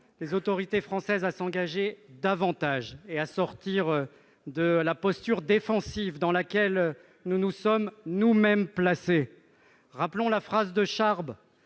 les autorités françaises à s'engager davantage et à sortir de la posture défensive dans laquelle nous nous sommes nous-mêmes placés. Rappelons-nous la phrase de Charb